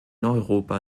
europa